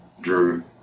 Drew